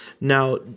Now